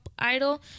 idol